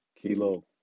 Kilo